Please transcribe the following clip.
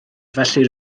felly